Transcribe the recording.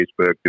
Facebook